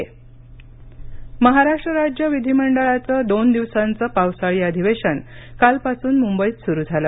अधिवेशन महाराष्ट्र राज्य विधिमंडळाचं दोन दिवसांचं पावसाळी अधिवेशन कालपासून मुंबईत सुरु झालं